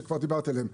שכבר דיברתי עליהם,